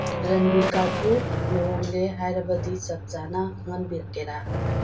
ꯔꯟꯕꯤꯔ ꯀꯥꯄꯨꯔ ꯂꯨꯍꯣꯡꯂꯦ ꯍꯥꯏꯔꯕꯗꯤ ꯆꯞ ꯆꯥꯅ ꯈꯪꯍꯟꯕꯤꯔꯛꯀꯦꯔꯥ